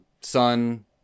son